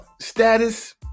status